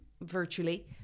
virtually